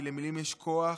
כי למילים יש כוח,